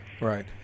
Right